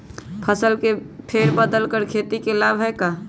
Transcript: फसल के फेर बदल कर खेती के लाभ है का?